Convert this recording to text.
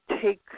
take